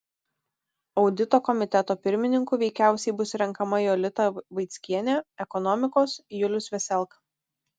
audito komiteto pirmininku veikiausiai bus renkama jolita vaickienė ekonomikos julius veselka